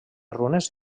runes